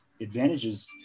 advantages